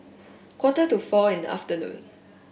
quarter to four in the afternoon